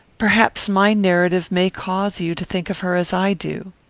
perhaps my narrative may cause you to think of her as i do.